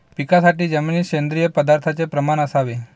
पिकासाठी जमिनीत सेंद्रिय पदार्थाचे प्रमाण असावे